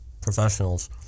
professionals